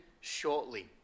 shortly